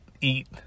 eat